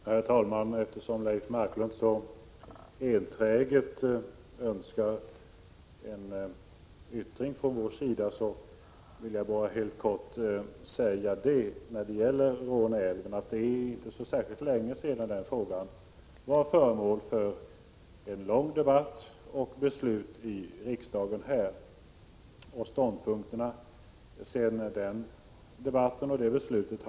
Herr talman! Eftersom Leif Marklund så enträget önskar en yttring från vår sida vill jag bara helt kort säga när det gäller Råneälven att det inte är särskilt länge sedan frågan om utbyggnad av Råneälven var föremål för en lång debatt och beslut här i riksdagen. Ståndpunkterna har inte ändrats sedan den debatten och det beslutet.